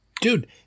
Dude